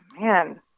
man